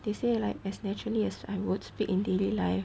they say like as naturally as I would speak in daily life